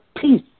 peace